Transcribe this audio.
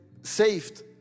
saved